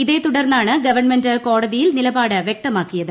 ഇതേ തുടർന്നാണ് ഗവൺമെന്റ് കോടതിയിൽ നിലപാട് വ്യക്തമാക്കിയത്